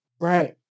right